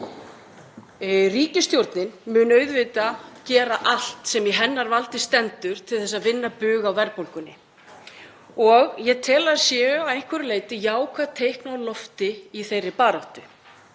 Ríkisstjórnin mun auðvitað gera allt sem í hennar valdi stendur til að vinna bug á verðbólgunni og ég tel að það séu að einhverju leyti jákvæð teikn á lofti í þeirri baráttu.